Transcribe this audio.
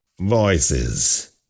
Voices